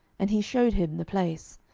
and he shewed him the place.